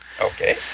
Okay